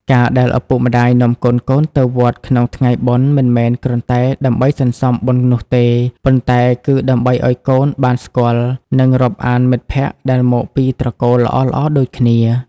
ការដែលឪពុកម្ដាយនាំកូនៗទៅវត្តក្នុងថ្ងៃបុណ្យ មិនមែនគ្រាន់តែដើម្បីសន្សំបុណ្យនោះទេ ប៉ុន្តែគឺដើម្បីឱ្យកូនបានស្គាល់ និងរាប់អានមិត្តភក្តិដែលមកពីត្រកូលល្អៗដូចគ្នា។